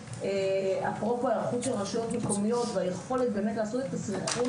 אפרופו היערכות של רשויות מקומיות והיכולת לעשות את הסנכרון